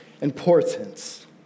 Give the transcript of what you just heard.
importance